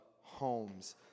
homes